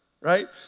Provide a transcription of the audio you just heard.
right